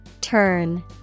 Turn